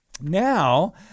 now